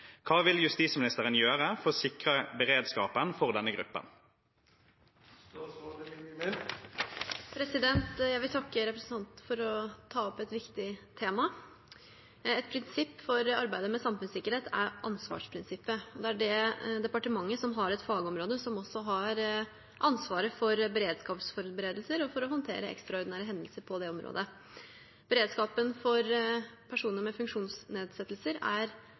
Hva vil statsråden gjøre for å sikre beredskapen for denne gruppen?» Jeg vil takke representanten for å ta opp et viktig tema. Et prinsipp for arbeidet med samfunnssikkerhet er ansvarsprinsippet. Det er det departementet som har et fagområde, som også har ansvaret for beredskapsforberedelser og for å håndtere ekstraordinære hendelser på det området. Beredskapen for personer med funksjonsnedsettelse er